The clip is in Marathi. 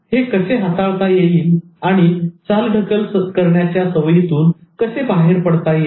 हे कसे हाताळता येईल आणि चालढकल करण्याच्या सवयीतून कसे बाहेर पडता येईल